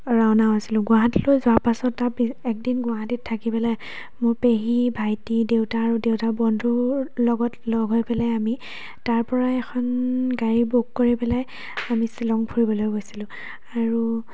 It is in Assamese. ৰাওনা হৈছিলোঁ গুৱাহাটীলৈ যোৱাৰ পাছত তাৰ এক দিন গুৱাহাটীত থাকি পেলাই মোৰ পেহী ভাইটি দেউতা আৰু দেউতাৰ বন্ধুৰ লগত লগ হৈ পেলাই আমি তাৰপৰাই এখন গাড়ী বুক কৰি পেলাই আমি শ্বিলং ফুৰিবলৈ গৈছিলোঁ আৰু